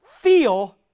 feel